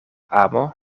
amo